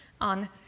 on